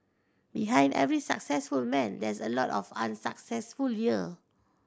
behind every successful man there's a lot of unsuccessful year